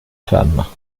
femmes